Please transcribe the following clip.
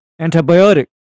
antibiotic